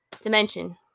dimension